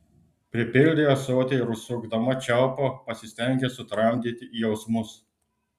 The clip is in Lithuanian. pripildė ąsotį ir užsukdama čiaupą pasistengė sutramdyti jausmus